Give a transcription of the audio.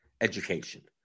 education